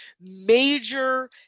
major